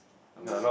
I mean